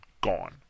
Gone